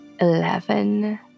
eleven